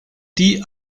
die